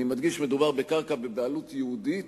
אני מדגיש, מדובר בקרקע בבעלות יהודית